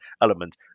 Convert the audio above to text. element